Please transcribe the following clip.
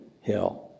Hill